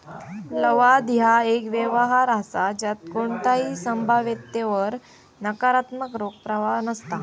लवाद ह्या एक व्यवहार असा ज्यात कोणताही संभाव्यतेवर नकारात्मक रोख प्रवाह नसता